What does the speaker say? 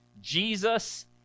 Jesus